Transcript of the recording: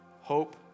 hope